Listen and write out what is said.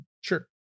Sure